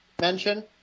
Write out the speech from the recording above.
mention